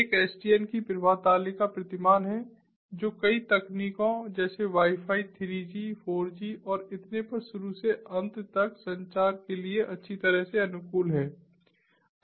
एक एसडीएन की प्रवाह तालिका प्रतिमान है जो कई तकनीकों जैसे वाई फाई 3 जी 4 जी और इतने पर शुरू से अंत तक संचार के लिए अच्छी तरह से अनुकूल है